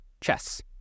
chess